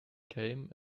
came